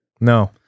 no